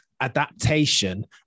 adaptation